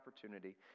opportunity